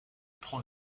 prend